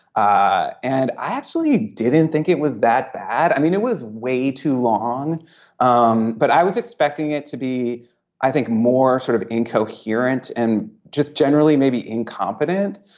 and i actually didn't think it was that bad i mean it was way too long um but i was expecting it to be i think more sort of incoherent and just generally maybe incompetent.